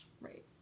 Right